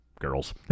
girls